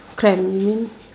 cramped you mean